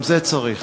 גם זה צריך.